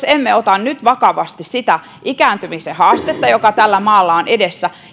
emme ota nyt vakavasti sitä ikääntymisen haastetta joka tällä maalla on edessä